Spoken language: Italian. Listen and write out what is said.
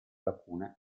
lacune